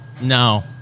No